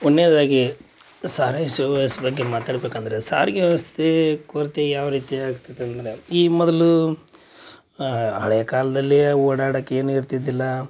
ಒಂದನೇದಾಗಿ ಸಾರಿಗೆ ಸುವ್ಯಸ್ ಬಗ್ಗೆ ಮಾತಾಡ್ಬೇಕಂದರೆ ಸಾರಿಗೆ ವ್ಯವಸ್ಥೆ ಕೊರತೆ ಯಾವ ರೀತಿ ಆಗ್ತದೆ ಅಂದರೆ ಈ ಮೊದಲು ಹಳೆ ಕಾಲದಲ್ಲಿ ಓಡಾಡಕ್ಕೆ ಏನು ಇರ್ತಿದ್ದು ಇಲ್ಲ